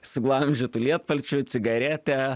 suglamžytu lietpalčiu cigaretė